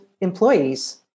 employees